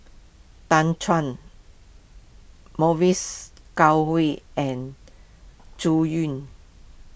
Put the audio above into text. Tan Chuan Mavis Goh Oei and Zhu Xu